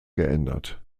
geändert